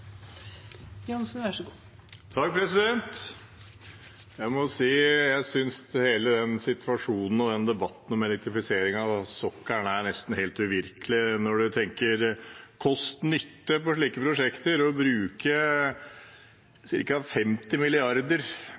Jeg må si jeg synes hele situasjonen og debatten om elektrifisering av sokkelen nesten er helt uvirkelig. Når man tenker kost–nytte på slike prosjekter, å bruke ca. 50